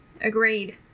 Agreed